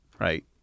right